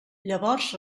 llavors